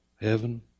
heaven